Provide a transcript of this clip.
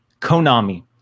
Konami